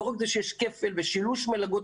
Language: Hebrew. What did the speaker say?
לא רק שיש כפל ושלוש מלגות,